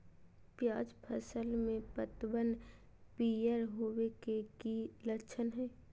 प्याज फसल में पतबन पियर होवे के की लक्षण हय?